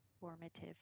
formative